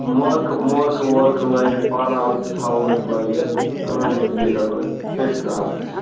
موقعہٕ موقعہٕ ووٚقعہٕ لٲگِتھ پَرناوو تہٕ تھاوو أسۍ لٲگِتھ کٲنۍ تہٕ بیٚیہِ کرو أسۍ فِٹ کٲم تۅہہِ